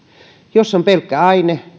jos on pelkkä aine